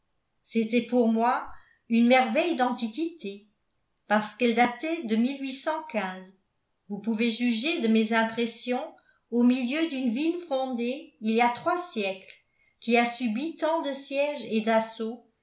c'était pour moi une merveille d'antiquité parce qu'elle datait de vous pouvez juger de mes impressions au milieu d'une ville fondée il y a trois siècles qui a subi tant de sièges et d'assauts